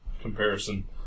comparison